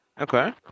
Okay